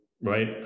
right